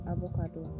Avocado